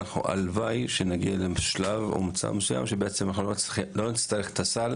הלוואי שנגיע לשלב או מצב מסוים שבעצם אנחנו לא נצטרך את הסל